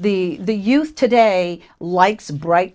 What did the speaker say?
the the youth today likes bright